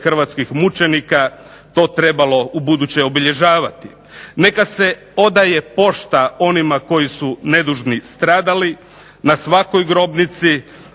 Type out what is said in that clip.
hrvatskih mučenika to trebalo ubuduće obilježavati. Neka se odaje počast onima koji su nedužni stradali na svakoj grobnici,